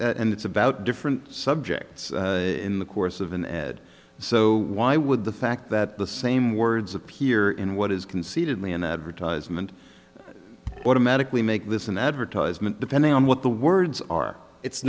and it's about different subjects in the course of an ad so why would the fact that the same words appear in what is concededly an advertisement automatically make this an advertisement depending on what the words are it's